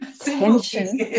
tension